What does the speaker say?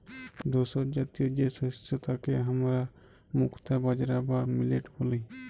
ধূসরজাতীয় যে শস্য তাকে হামরা মুক্তা বাজরা বা মিলেট ব্যলি